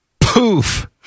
poof